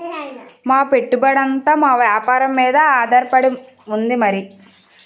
మా పెట్టుబడంతా మా వేపారం మీదే ఆధారపడి ఉంది మరి